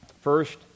First